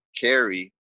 carry